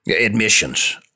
admissions